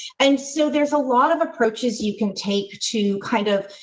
and so there's a lot of approaches you can take to kind of,